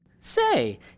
Say